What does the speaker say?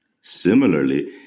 Similarly